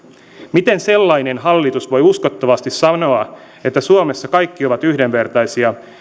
miten sellainen hallitus voi uskottavasti sanoa että suomessa kaikki ovat yhdenvertaisia